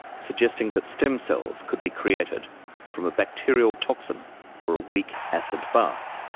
suggesting that stem cells could be created from a bacterial toxin or a weak acid bath.